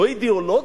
לא אידיאולוגי.